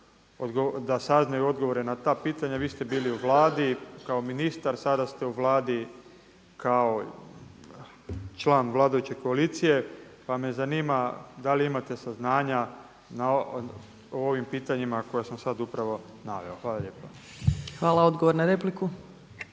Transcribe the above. da saznaju odgovore na ta pitanja. Vi ste bili u Vladi kao ministar, sada ste u Vladi kao član vladajuće koalicije pa me zanima da li imate saznanja o ovim pitanjima koja sam sada upravo naveo? Hvala lijepa. **Opačić, Milanka